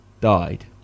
died